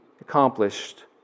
accomplished